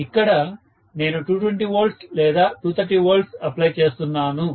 ఇక్కడ నేను 220 V లేదా 230 V అప్లై చేస్తున్నాను